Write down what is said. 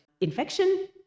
infection